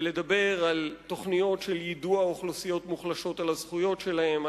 ולדבר על תוכניות ליידוע אוכלוסיות מוחלשות על הזכויות שלהן,